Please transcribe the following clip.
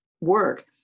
work